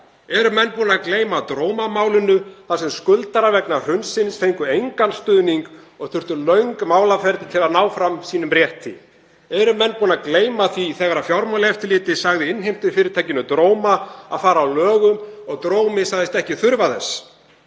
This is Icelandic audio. Eru menn búnir að gleyma Drómamálinu þar sem skuldarar vegna hrunsins fengu engan stuðning og þurftu löng málaferli til að ná fram rétti sínum? Eru menn búnir að gleyma því þegar Fjármálaeftirlitið sagði innheimtufyrirtækinu Dróma að fara að lögum og Drómi sagðist ekki þurfa þess?